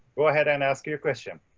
go ahead and ask your question.